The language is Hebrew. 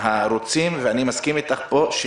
ואני מסכים איתך פה,